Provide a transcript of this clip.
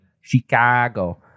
Chicago